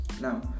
Now